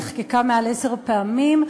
נחקקה מעל עשר פעמים,